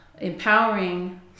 empowering